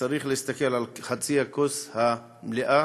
צריך להסתכל על חצי הכוס המלאה,